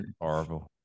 horrible